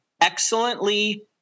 excellently